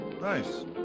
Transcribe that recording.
Nice